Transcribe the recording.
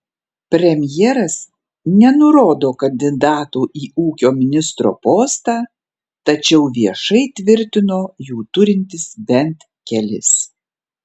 premjeras nenurodo kandidatų į ūkio ministro postą tačiau viešai tvirtino jų turintis bent kelis